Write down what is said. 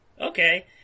Okay